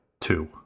Two